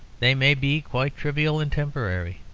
they may be quite trivial and temporary.